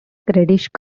characteristic